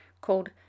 called